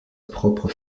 propre